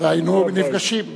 והיינו נפגשים.